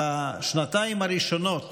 בשנתיים הראשונות